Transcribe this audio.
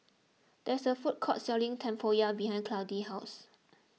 there is a food court selling Tempoyak behind Clydie's house